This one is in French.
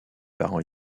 parents